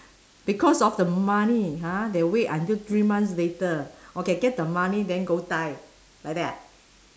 because of the money ha they wait until three months later okay get the money than go die like that ah